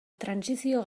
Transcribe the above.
trantsizio